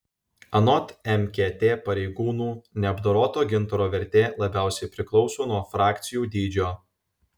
anot mkt pareigūnų neapdoroto gintaro vertė labiausiai priklauso nuo frakcijų dydžio